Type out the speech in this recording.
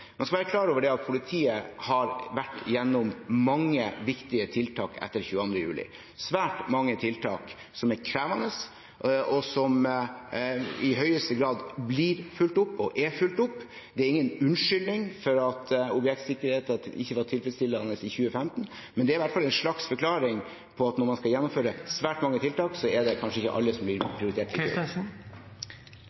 Man skal være klar over at politiet har vært gjennom mange viktige tiltak etter 22. juli, svært mange tiltak som er krevende, og som i høyeste grad blir fulgt opp, og er fulgt opp. Det er ingen unnskyldning for at objektsikkerheten ikke var tilfredsstillende i 2015, men det er i hvert fall en slags forklaring på at når man skal gjennomføre svært mange tiltak, er det kanskje ikke alle som blir